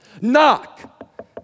Knock